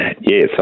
yes